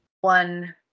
one